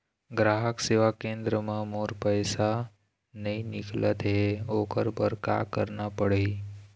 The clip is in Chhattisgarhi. ग्राहक सेवा केंद्र म मोर पैसा नई निकलत हे, ओकर बर का करना पढ़हि?